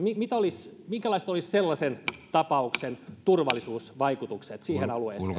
minkälaiset olisivat sellaisen tapauksen turvallisuusvaikutukset siihen alueeseen